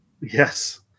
Yes